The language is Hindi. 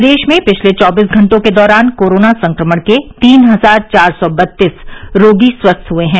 प्रदेश में पिछले चौबीस घंटों के दौरान कोरोना संक्रमण के तीन हजार चार सौ बत्तीस रोगी स्वस्थ हुए हैं